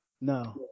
No